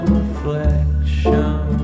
reflection